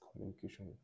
communication